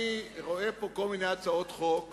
אני רואה פה כל מיני הצעות חוק